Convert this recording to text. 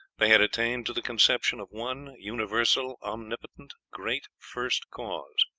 they had attained to the conception of one universal, omnipotent, great first cause.